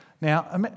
Now